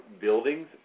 buildings